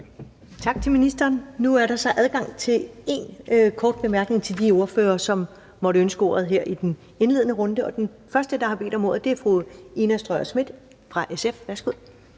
Tak til ministeren. Nu er der så adgang til én kort bemærkning til de ordførere, som måtte ønske ordet her i den indledende runde, og den første, der har bedt om ordet, er fru Ina Strøjer-Schmidt fra SF. Værsgo.